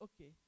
Okay